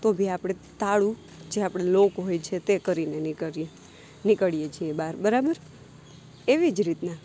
તો બી આપણે તાળું જે આપણે લોક હોય છે તે કરીને નીકળીએ નીકળીએ છીએ બહાર બરાબર એવી જ રીતના